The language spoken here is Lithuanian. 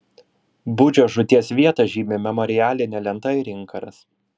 budžio žūties vietą žymi memorialinė lenta ir inkaras